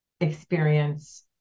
experience